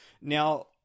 Now